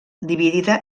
dividia